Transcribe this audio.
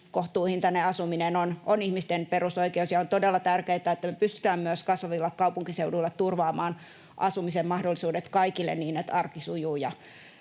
asuminen, on ihmisten perusoikeus. Ja on todella tärkeätä, että me pystytään myös kasvavilla kaupunkiseuduilla turvaamaan asumisen mahdollisuudet kaikille, niin että arki sujuu